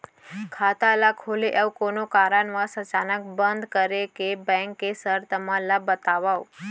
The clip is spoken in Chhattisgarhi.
खाता ला खोले अऊ कोनो कारनवश अचानक बंद करे के, बैंक के शर्त मन ला बतावव